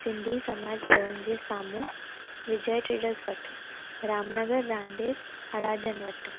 सिंधी समाज भवन जे साम्हूं विजय ट्रेडर्स वटि रामनगर रांधेड़ अड़ाजनि वटि